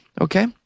Okay